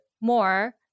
more